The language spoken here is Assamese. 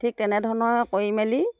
ঠিক তেনেধৰণৰ কৰি মেলি